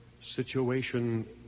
situation